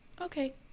okay